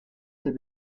ses